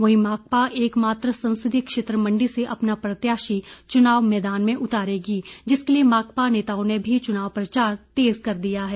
वहीं माकपा एक मात्र संसदीय क्षेत्र मंडी से अपना प्रत्याशी चुनाव मैदान में उतारेगी जिसके लिये माकपा नेताओं ने भी चुनाव प्रचार तेज कर दिया है